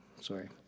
Sorry